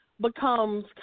becomes